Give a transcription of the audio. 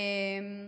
מס'